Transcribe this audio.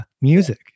music